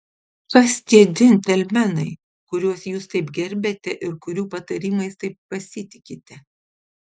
kas tie džentelmenai kuriuos jūs taip gerbiate ir kurių patarimais taip pasitikite